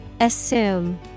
Assume